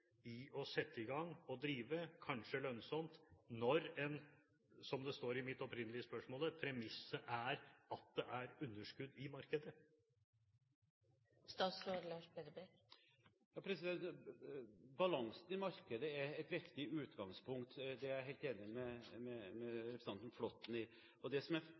står i mitt opprinnelige spørsmål, premisset er at det er underskudd i markedet. Balansen i markedet er et viktig utgangspunkt, det er jeg helt enig med representanten Flåtten i. Det som har vært situasjonen, er